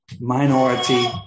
minority